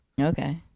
Okay